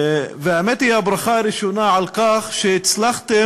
והאמת, הברכה הראשונה היא על כך שהצלחתם,